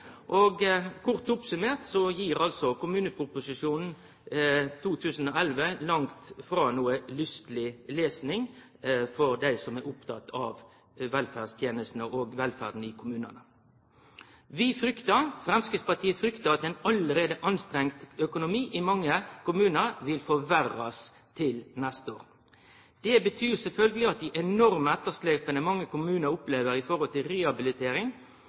av skatteinntektene. Kort oppsummert er kommuneproposisjonen 2011 langt frå noko lysteleg lesing for dei som er opptekne av velferdstenestene og velferden i kommunane. Framstegspartiet fryktar at ein allereie anstrengd økonomi i mange kommunar vil forverrast til neste år. Det betyr sjølvsagt at det enorme etterslepet mange kommunar opplever når det gjeld rehabilitering